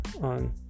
on